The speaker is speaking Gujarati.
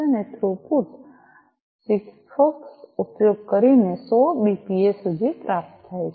અને થ્રુપુટ સિગફોક્સ ઉપયોગ કરીને 100 બીપીએસ સુધી પ્રાપ્ત થાય છે